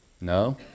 No